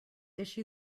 issue